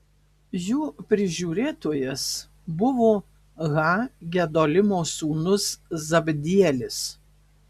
jų prižiūrėtojas buvo ha gedolimo sūnus zabdielis